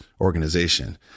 organization